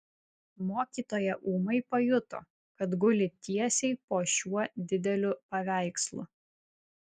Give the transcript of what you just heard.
mokytoja ūmai pajuto kad guli tiesiai po šiuo dideliu paveikslu